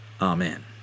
Amen